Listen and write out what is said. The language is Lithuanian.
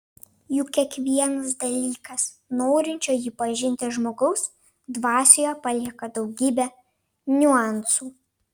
juk kiekvienas dalykas norinčio jį pažinti žmogaus dvasioje palieka daugybę niuansų